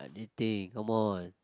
eating come on